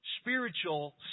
spiritual